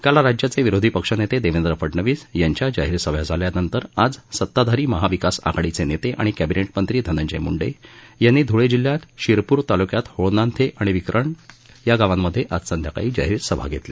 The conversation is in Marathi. काल राज्याचे विरोधी पक्षनेते देवेंद्र फडणवीस यांच्या जाहीर सभा झाल्या नंतर आज सताधारी महा विकास आघाडीचे नेते आणि कॅबिनेट मंत्री धनंजय मुंडे यांनी ध्वळे जिल्ह्यातील शिरपूर तालुक्यात होळनांथे आणि विखरण या गावांमध्ये आज संध्याकाळी जाहीर सभा घेतल्या